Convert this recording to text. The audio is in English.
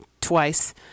twice